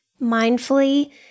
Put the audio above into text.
mindfully